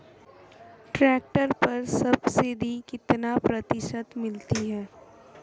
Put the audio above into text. Tractor पर subsidy कितने प्रतिशत मिलती है?